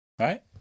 Right